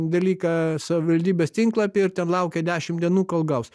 dalyką savivaldybės tinklapy ir ten laukia dešimt dienų kol gaus